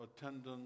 attendance